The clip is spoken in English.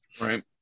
Right